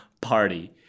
party